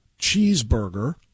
cheeseburger